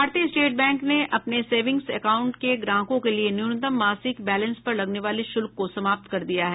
भारतीय state bank ने अपने सेविंग्स एकाउंट के ग्राहकों के लिये न्यूनतम मासिक बैलेंस पर लगने वाले शुल्क को समाप्त कर दिया है